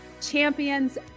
champions